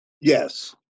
Yes